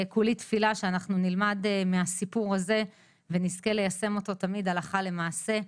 כולי תפילה שאנחנו נלמד מהסיפור הזה ונזכה ליישם אותו תמיד הלכה למעשה.